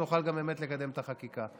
נוכל באמת לקדם את החקיקה.